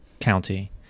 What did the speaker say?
county